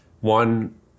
one